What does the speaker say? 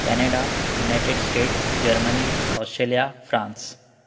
Canada united state Germany Australia France